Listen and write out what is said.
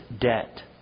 debt